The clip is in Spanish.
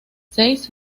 seis